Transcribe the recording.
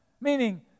Meaning